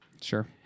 Sure